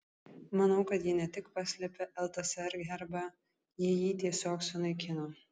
manau kad ji ne tik paslėpė ltsr herbą ji jį tiesiog sunaikino